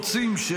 והם גם לא רוצים